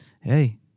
Hey